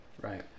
Right